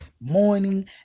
morning